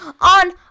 on